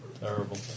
Terrible